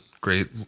great